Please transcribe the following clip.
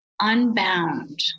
unbound